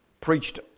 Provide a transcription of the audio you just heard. preached